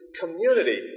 community